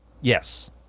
yes